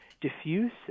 diffuse